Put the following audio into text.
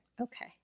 Okay